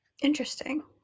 interesting